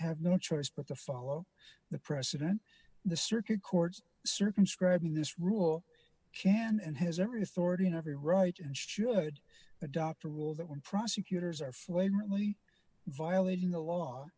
have no choice but to follow the precedent the circuit courts circumscribing this rule can and has every authority and every right and should adopt a rule that when prosecutors are flagrantly violating the law